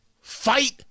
Fight